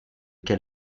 quel